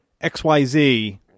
XYZ